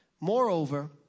moreover